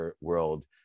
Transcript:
world